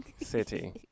City